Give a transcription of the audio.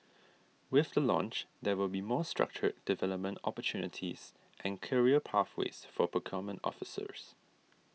with the launch there will be more structured development opportunities and career pathways for procurement officers